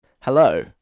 Hello